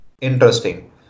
Interesting